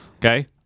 Okay